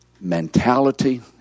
mentality